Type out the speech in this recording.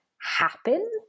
happen